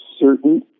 certain